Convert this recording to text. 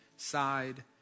side